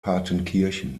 partenkirchen